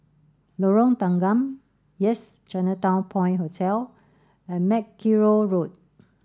Lorong Tanggam Yes Chinatown Point Hotel and Mackerrow Road